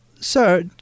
sir